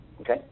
okay